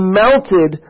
mounted